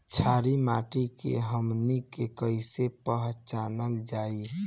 छारी माटी के हमनी के कैसे पहिचनल जाइ?